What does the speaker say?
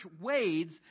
wades